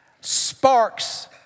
sparks